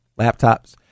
laptops